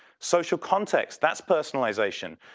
social context, that's personalization.